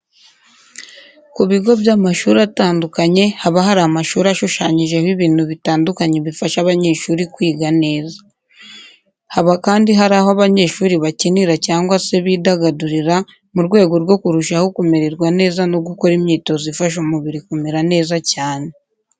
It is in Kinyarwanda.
Ku bigo by'amashuri atandukanye haba hari amashuri ashushanyijeho ibintu bitandukanye bifasha abanyeshuri kwiga neza. Haba kandi hari aho abanyeshuri bakinira cyangwa se bidagadurira mu rwego rwo kurushaho kumererwa neza no gukora imyitozo ifasha umubiri kumera neza cyane.